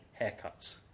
Haircuts